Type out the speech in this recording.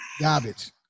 Garbage